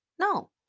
no